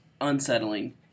unsettling